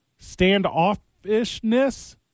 standoffishness